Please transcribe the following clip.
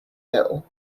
ill